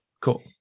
Cool